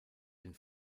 den